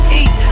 eat